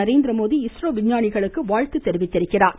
நரேந்திரமோடி இஸ்ரோ விஞ்ஞானிகளுக்கு வாழ்த்து தெரிவித்திருக்கிறாா்